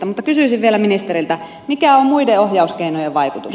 mutta kysyisin vielä ministeriltä mikä on muiden ohjauskeinojen vaikutus